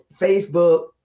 Facebook